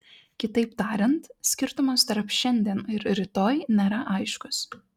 kitaip tariant skirtumas tarp šiandien ir rytoj nėra aiškus